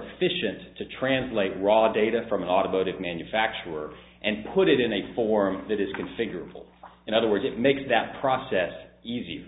efficient to translate raw data from an automotive manufacturer and put it in a form that is configurable in other words it makes that process easy